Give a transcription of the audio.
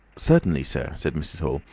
certainly, sir, said mrs. hall.